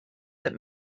that